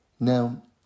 Now